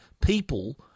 people